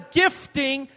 gifting